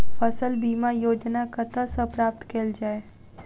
फसल बीमा योजना कतह सऽ प्राप्त कैल जाए?